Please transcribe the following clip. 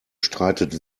streitet